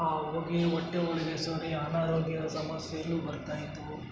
ಆ ಹೊಗೆ ಹೊಟ್ಟೆ ಒಳಗೆ ಸೇರಿ ಅನಾರೋಗ್ಯ ಸಮಸ್ಯೆಯೂ ಬರ್ತಾಯಿದ್ವು